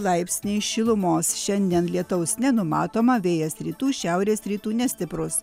laipsniai šilumos šiandien lietaus nenumatoma vėjas rytų šiaurės rytų nestiprus